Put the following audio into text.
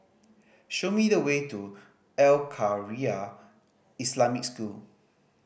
show me the way to Al Khairiah Islamic School